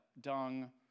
dung